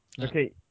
Okay